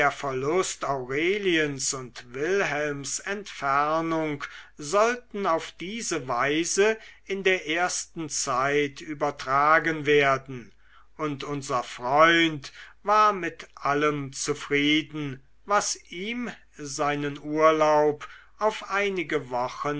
verlust aureliens und wilhelms entfernung sollten auf diese weise in der ersten zeit übertragen werden und unser freund war mit allem zufrieden was ihm seinen urlaub auf einige wochen